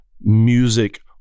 music